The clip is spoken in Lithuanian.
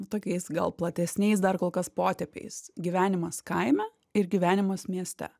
tokiais gal platesniais dar kolkas potepiais gyvenimas kaime ir gyvenimas mieste